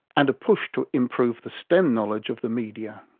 and a push to improve the stemm knowledge of the media.